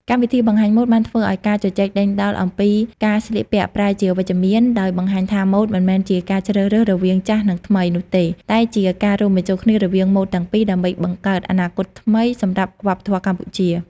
កម្មវិធីបង្ហាញម៉ូដបានធ្វើឱ្យការជជែកដេញដោលអំពីការស្លៀកពាក់ប្រែជាវិជ្ជមាន ដោយបង្ហាញថាម៉ូដមិនមែនជាការជ្រើសរើសរវាង "ចាស់" និង "ថ្មី" នោះទេ តែជាការរួមបញ្ចូលគ្នារវាងម៉ូដទាំងពីរដើម្បីបង្កើតអនាគតថ្មីសម្រាប់វប្បធម៌កម្ពុជា។